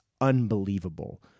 unbelievable